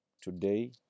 today